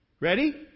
Ready